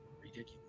ridiculous